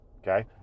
Okay